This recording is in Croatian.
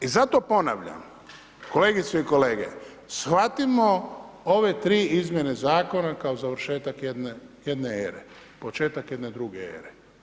I zato ponavljam, kolegice i kolege, shvatimo ove tri izmjene Zakona kao završetak jedne ere, početak jedne druge ere.